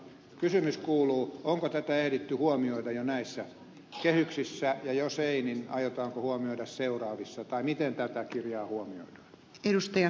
kysymys kuuluu onko tätä ehditty huomioida jo näissä kehyksissä ja jos ei niin aiotaanko huomioida seuraavissa tai miten tätä kirjaa huomioidaan